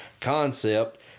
concept